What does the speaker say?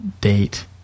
date